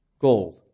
Gold